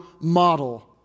model